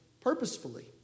purposefully